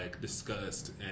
discussed